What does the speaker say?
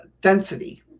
density